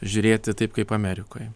žiūrėti taip kaip amerikoj